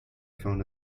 phone